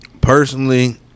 personally